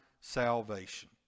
salvation